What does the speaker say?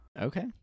Okay